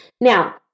Now